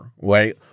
right